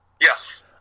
Yes